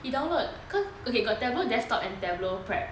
he download okay got tableau desktop and tableau prep